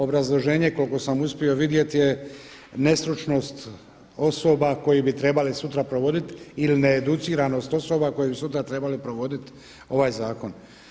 Obrazloženje koliko sam uspio vidjeti je nestručnost osoba koje bi trebale sutra provoditi ili needuciranost osoba koje bi sutra trebale provoditi ovaj zakon.